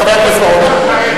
חבר הכנסת בר-און,